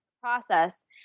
process